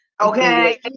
Okay